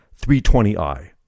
320i